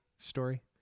story